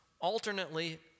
alternately